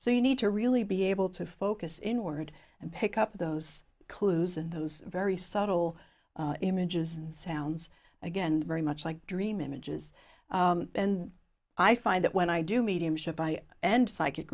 so you need to really be able to focus inward and pick up those clues and those very subtle images and sounds again very much like dream images and i find that when i do mediumship i and psychic